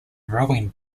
rowing